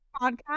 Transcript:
podcast